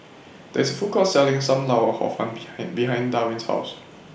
There IS A Food Court Selling SAM Lau Hor Fun behind behind Darwin's House